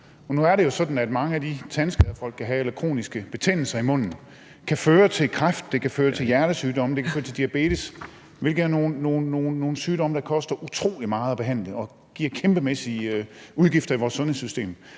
Nu er det jo sådan, at mange af de tandskader, folk kan have, eller kroniske betændelser i munden, kan føre til kræft, kan føre til hjertesygdomme, kan føre til diabetes, hvilket er nogle sygdomme, som koster utrolig meget at behandle og giver kæmpemæssige udgifter i vores sundhedssystem.